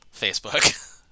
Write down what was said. Facebook